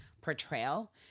portrayal